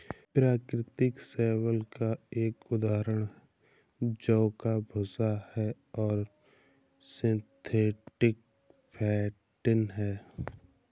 प्राकृतिक शैवाल का एक उदाहरण जौ का भूसा है और सिंथेटिक फेंटिन है